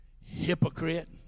hypocrite